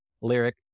lyric